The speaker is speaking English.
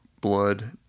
blood